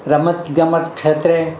રમતગમત ક્ષેત્રે